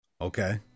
Okay